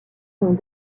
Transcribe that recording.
sont